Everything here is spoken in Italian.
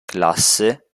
classe